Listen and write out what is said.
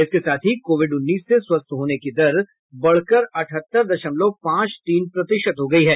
इसके साथ ही कोविड उन्नीस से स्वस्थ होने की दर बढ़कर अठहत्तर दशमलव पांच तीन प्रतिशत हो गई है